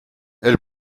elle